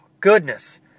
Goodness